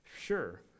sure